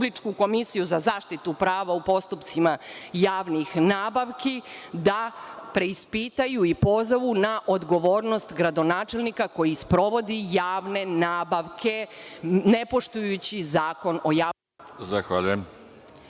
za zaštitu prava u postupcima javnih nabavki, da preispitaju i pozovu na odgovornost gradonačelnika koji sprovodi javne nabavke ne poštujući Zakon o javnim nabavkama.